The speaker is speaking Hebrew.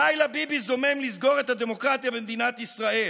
הלילה ביבי זומם לסגור את הדמוקרטיה במדינת ישראל.